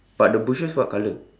but the bushes what color